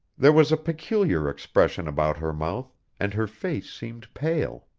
there was a peculiar expression about her mouth, and her face seemed pale.